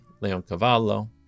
Leoncavallo